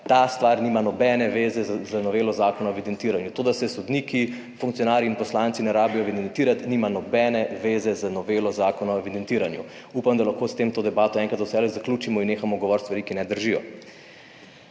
ta stvar nima nobene veze z novelo zakona o evidentiranju. To, da se sodniki, funkcionarji in poslanci ne rabijo evidentirati nima nobene veze z novelo Zakona o evidentiranju. Upam, da lahko s tem to debato enkrat za vselej zaključimo in nehamo govoriti stvari, ki ne držijo.